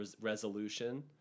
resolution